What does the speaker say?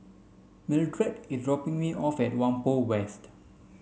Mildred is dropping me off at Whampoa West